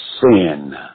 sin